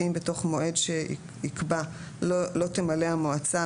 כי אם בתוך מועד שיקבע לא תמלא המועצה